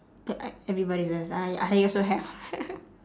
that I everybody does I I also have